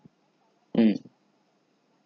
mm